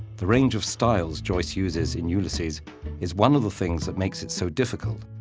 the range of styles joyce uses in ulysses is one of the things that makes it so difficult,